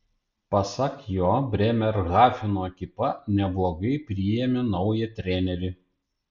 pasak jo brėmerhafeno ekipa neblogai priėmė naują trenerį